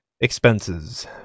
Expenses